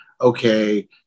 okay